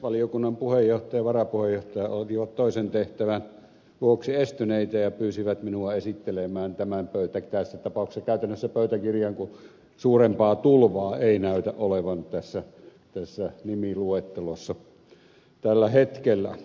valiokunnan puheenjohtaja ja varapuheenjohtaja olivat toisen tehtävän vuoksi estyneitä ja pyysivät minua esittelemään tämän tässä tapauksessa käytännössä pöytäkirjaan kun suurempaa tulvaa ei näytä olevan tässä nimiluettelossa tällä hetkellä